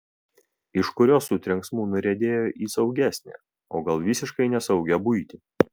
iš kurios su trenksmais nuriedėjo į saugesnę o gal visiškai nesaugią buitį